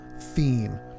theme